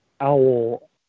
owl